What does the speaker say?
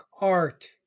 art